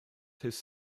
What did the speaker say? his